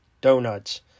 donuts